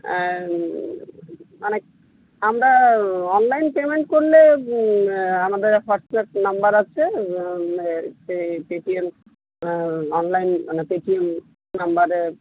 আর মানে আমরা online payment করলে আমাদের হোয়াটসঅ্যাপ নাম্বার আছে পেটিএম অনলাইন মানে পেটিএম নাম্বারে